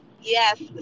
Yes